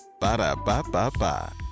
Ba-da-ba-ba-ba